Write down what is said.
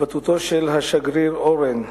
התבטאותו של השגריר אורן,